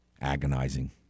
agonizing